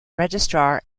registrar